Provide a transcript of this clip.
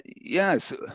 Yes